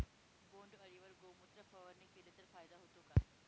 बोंडअळीवर गोमूत्र फवारणी केली तर फायदा होतो का?